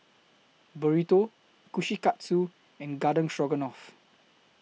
Burrito Kushikatsu and Garden Stroganoff